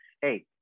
hey